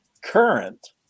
Current